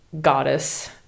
goddess